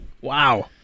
Wow